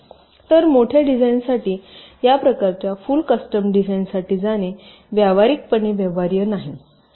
तर मोठ्या डिझाईन्ससाठी या प्रकारच्या फुल कस्टम डिझाइनसाठी जाणे व्यावहारिकपणे व्यवहार्य नाही